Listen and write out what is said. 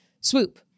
swoop